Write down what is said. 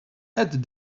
add